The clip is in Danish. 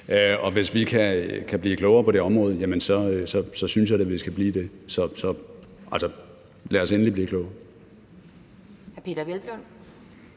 Hvis vi kan blive klogere på det område, synes jeg da, at vi skal blive det. Så altså, lad os endelig blive klogere.